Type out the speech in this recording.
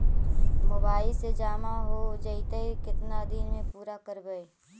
Mobile से जामा हो जैतय, केतना दिन में पुरा करबैय?